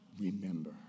remember